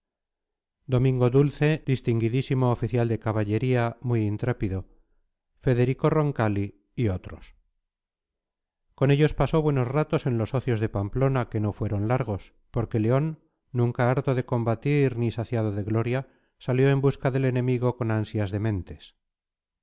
domingo dulce distinguidísimo oficial de caballería muy intrépido federico roncali y otros con ellos pasó buenos ratos en los ocios de pamplona que no fueron largos porque león nunca harto de combatir ni saciado de gloria salió en busca del enemigo con ansias dementes